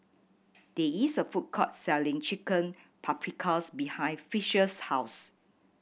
there is a food court selling Chicken Paprikas behind Fisher's house